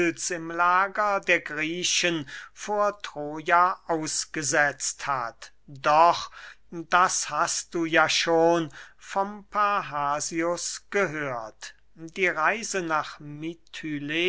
im lager der griechen vor troja ausgesetzt hat doch das hast du ja schon vom parrhasius gehört die reise nach